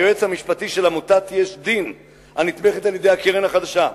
היועץ המשפטי של עמותת "יש דין" הנתמכת על-ידי הקרן החדשה,